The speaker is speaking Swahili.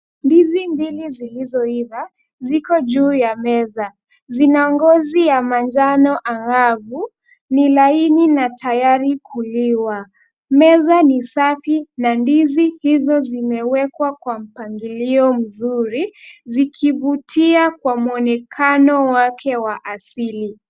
Ndizi mbili zilizoiva, ziko juu ya meza. Zina ngozi ya manjano angavu, ni laini na tayari kuliwa. Meza ni safi na ndizi hizo zimewekwa kwa mpangilio mzuri, zikivutia kwa mwonekano wake wa asili.